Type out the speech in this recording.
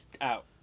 out